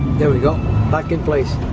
there we go back in place.